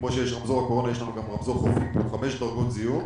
כמו שיש רמזור הקורונה יש לנו גם רמזור חופים עם חמש דרגות זיהום.